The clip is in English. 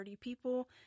people